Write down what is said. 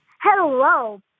Hello